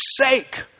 sake